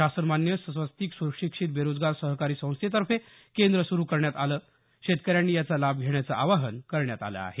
शासनमान्य स्वस्तिक सुशिक्षित बेरोजगार सहकारी संस्थेतर्फे केंद्र सुरु करण्यात आलं शेतकऱ्यांनी याचा लाभ घेण्याचं आवाहन करण्यात आलं आहे